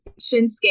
Shinsuke